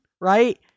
Right